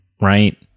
right